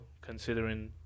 Considering